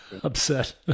upset